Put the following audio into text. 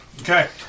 Okay